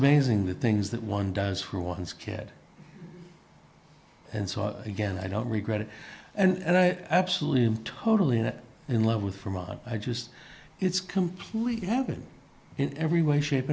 amazing the things that one does for one's kid and so again i don't regret it and i absolutely am totally in love with from i just it's completely happening in every way shape